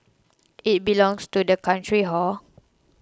it belongs to the country hor